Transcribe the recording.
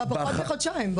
פחות מחודשיים.